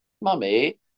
Mummy